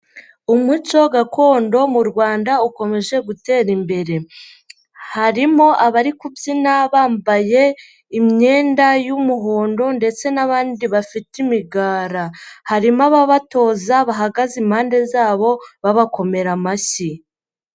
Umuco gakondo mu Rwanda ukomeje gutera imbere, harimo abari kubyina bambaye imyenda y'umuhondo ndetse n'abandi bafite imigara, harimo ababatoza bahagaze impande zabo babakomera amashyi.